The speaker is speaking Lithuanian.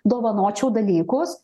dovanočiau dalykus